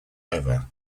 ever